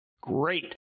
Great